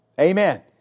Amen